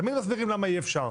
תמיד מסבירים למה אי אפשר.